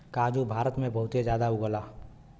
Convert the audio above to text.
काजू भारत में बहुते जादा उगला